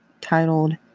titled